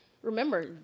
Remember